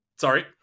Sorry